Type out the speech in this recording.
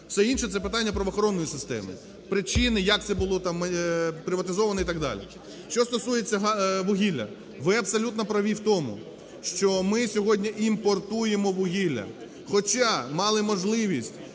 Все інше, це питання правоохоронної системи. Причини, як це було там приватизовано і так далі. Що стосується вугілля. Ви абсолютно праві в тому, що ми сьогодні імпортуємо вугілля. Хоча мали можливість,